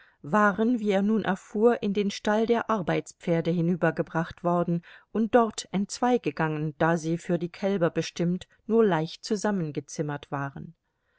waren wie er nun erfuhr in den stall der arbeitspferde hinübergebracht worden und dort entzweigegangen da sie für die kälber bestimmt nur leicht zusammengezimmert waren